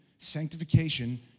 Sanctification